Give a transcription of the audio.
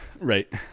Right